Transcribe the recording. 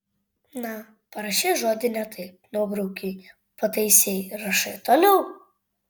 na parašei žodį ne taip nubraukei pataisei ir rašai toliau